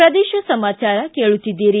ಪ್ರದೇಶ ಸಮಾಚಾರ ಕೇಳುತ್ತೀದ್ದಿರಿ